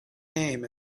name